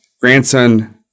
Grandson